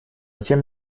тем